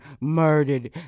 murdered